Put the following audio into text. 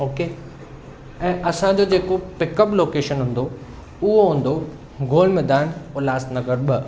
okay ऐं असांजो जेको पिक अप लोकेशन हूंदो उहो हूंदो गोल मैदान उल्हास नगर ॿ